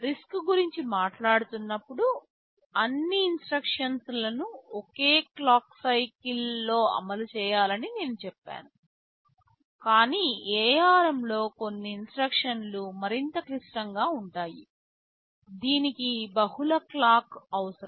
RISC గురించి మాట్లాడుతున్నప్పుడు అన్ని ఇన్స్ట్రక్షన్స్లను ఒకే క్లాక్ సైకిల్ లో అమలు చేయాలని నేను చెప్పాను కాని ARM లో కొన్ని ఇన్స్ట్రక్షన్లు మరింత క్లిష్టంగా ఉంటాయి దీనికి బహుళ క్లాక్లు అవసరం